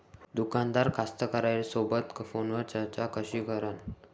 दुकानदार कास्तकाराइसोबत फोनवर चर्चा कशी करन?